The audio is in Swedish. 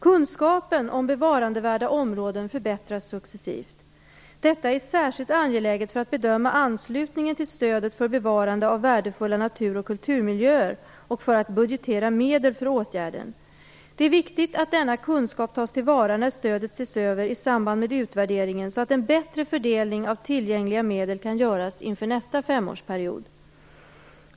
Kunskapen om bevarandevärda områden förbättras successivt. Detta är särskilt angeläget för att bedöma anslutningen till stödet för bevarande av värdefulla natur och kulturmiljöer och för att budgetera medel för åtgärden. Det är viktigt att denna kunskap tas till vara när stödet ses över i samband med utvärderingen, så att en bättre fördelning av tillgängliga medel kan göras inför nästa femårsperiod.